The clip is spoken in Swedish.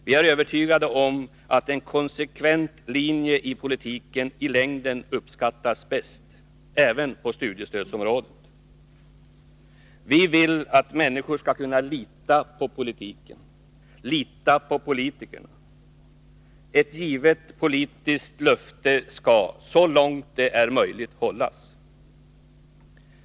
Vi är övertygade om att en konsekvent linje i politiken i längden uppskattas bäst även på studiestödsområdet. Vi vill att människor skall kunna lita på politiken, lita på politikerna. Ett givet politiskt löfte skall, så långt det är möjligt, hållas.